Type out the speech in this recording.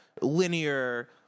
linear